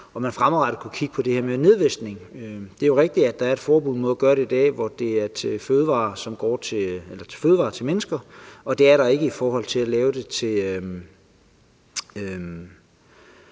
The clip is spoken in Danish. om man fremadrettet kunne kigge på det her med nedvisning. Det er jo rigtigt, at der er et forbud mod at gøre det i dag, når det gælder fødevarer til mennesker, og det er der ikke i forhold til afgrøder,